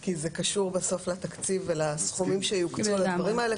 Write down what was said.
כי זה קשור בסוף לתקציב ולסכומים שיוקצו לדברים האלה,